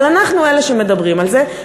אבל אנחנו אלה שמדברים על זה,